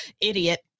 idiot